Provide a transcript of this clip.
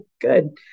good